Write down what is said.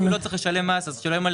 אם הוא לא צריך לשלם מס אז שלא ימלא